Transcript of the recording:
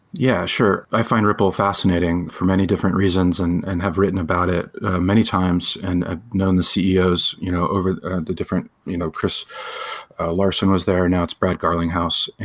yeah, sure. i find ripple fascinating for many different reasons and and have written about it many times and i've ah known the ceos you know over the different you know chris larson was there. now it's brad garlinghouse.